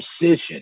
precision